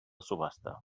subhasta